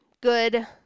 good